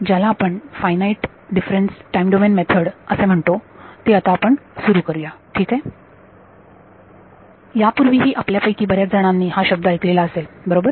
ज्याला आपण finite difference time domain method असे म्हणतो ती आता आपण सुरु करुया ठीक आहे यापूर्वीही आपल्या पैकी बऱ्याच जणांनी हा शब्द ऐकलेला असेल बरोबर